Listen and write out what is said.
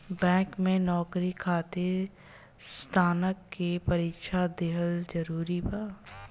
Bank में नौकरी खातिर स्नातक के परीक्षा दिहल जरूरी बा?